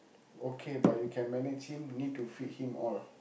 okay but you can manage him need to feed him all